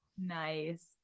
Nice